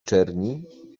czerni